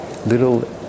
little